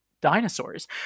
dinosaurs